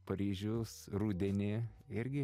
paryžius rudenį irgi